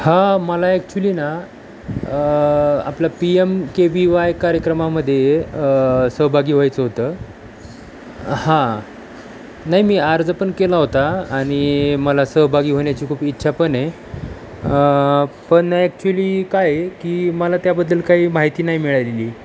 हां मला ॲक्च्युली ना आपला P M K V Y कार्यक्रमामध्ये सहभागी व्हायचं होतं हां नाही मी अर्ज पण केला होता आणि मला सहभागी होण्याची खूप इच्छा पण आहे पण ॲक्च्युअली काय की मला त्याबद्दल काही माहिती नाही मिळालेली